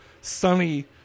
sunny